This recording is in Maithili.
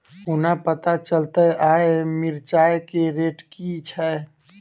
कोना पत्ता चलतै आय मिर्चाय केँ रेट की छै?